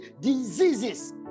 diseases